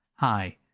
Hi